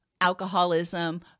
alcoholism